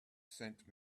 sent